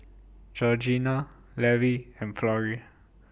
Georgianna Levi and Florrie